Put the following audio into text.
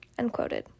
Unquoted